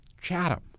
Chatham